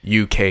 UK